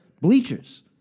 bleachers